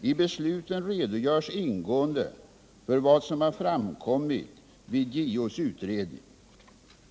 I besluten redogörs ingående för vad som har framkommit vid JO:s utredning.